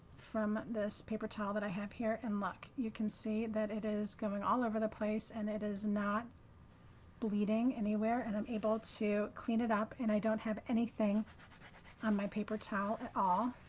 from this paper towel that i have here. and look, you can see that it is going all over the place and it is not bleeding anywhere. and i'm able to clean it up and i don't have anything on my paper towel at all.